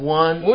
one